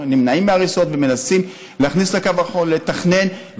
אנחנו נמנעים מהריסות ומנסים להכניס לקו הכחול ולתכנן,